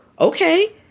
okay